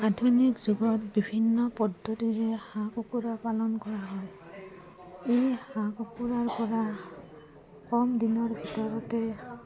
আধুনিক যুগত বিভিন্ন পদ্ধতিৰে হাঁহ কুকুৰা পালন কৰা হয় এই হাঁহ কুকুৰাৰপৰা কম দিনৰ ভিতৰতে